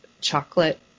chocolate